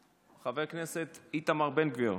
חבר כנסת איתמר בן גביר,